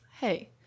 Hey